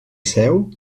seu